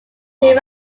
they